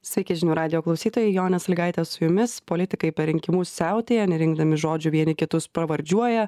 sveiki žinių radijo klausytojai jonė salygaitė su jumis politikai per rinkimus siautėja nerinkdami žodžių vieni kitus pravardžiuoja